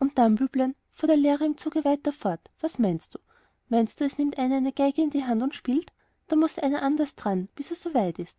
und dann büblein fuhr der lehrer im zuge weiter fort was meinst du meinst du es nimmt einer eine geige nur in die hand und spielt da muß einer anders dran bis er so weit ist